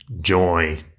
Joy